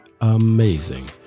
amazing